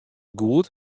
goed